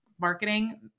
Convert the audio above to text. marketing